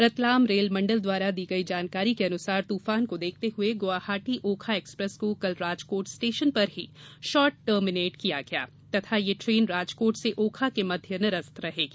Ratlam rail मंडल द्वारा दी गई जानकारी के अनुसार तूफान को देखते हुए गुवाहाटी ओखा एक्सप्रेस को कल राजकोट स्टेशन पर ही शॉर्ट टर्मिनेट किया गया है तथा यह ट्रेन राजकोट से ओखा के मध्य निरस्त रहेगी